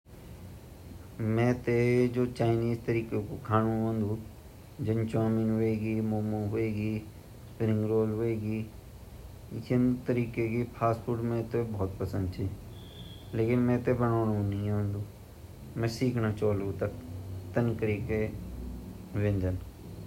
हाँ इन ता बहुत सारा व्यंजन छिन जु मते बडोड़ नि औन्दु अर मि बडोड़ चंदू जन मद्रासी, मेते इडली बडोड़ नि मेते डोसा बडोड़ ता औन्दु छे अर जन हमा पूड़ा बन्दु ता मेते पूड़ा बडोड़ नि औन्दु ता मै कई बार कोशीश वोन्दि की मै आपा सहेली दे सीकन ची मै ता मैन बडोड़े कोशीश की ची योक द्वी बार थोड़ा भोत सीखी पर ज़्यादा नी सीखी अबतक।